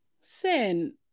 Sin